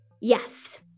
Yes